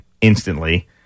instantly